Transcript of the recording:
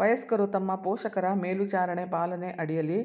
ವಯಸ್ಕರು ತಮ್ಮ ಪೋಷಕರ ಮೇಲ್ವಿಚಾರಣೆ ಪಾಲನೆ ಅಡಿಯಲ್ಲಿ